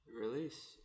Release